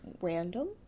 Random